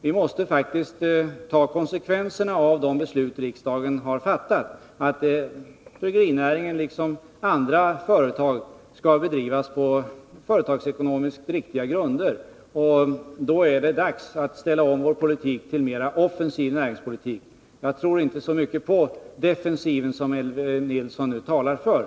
Vi måste faktiskt ta konsekvenserna av de beslut riksdagen har fattat, att verksamheten inom bryggerinäringen liksom för andra företag skall bedrivas på företagsekonomiskt riktiga grunder. Då är det dags att ställa om vår politik till en mer offensiv näringspolitik. Jag tror inte så mycket på defensiven, som Elvy Nilsson nu talar för.